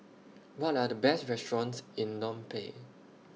What Are The Best restaurants in Phnom Penh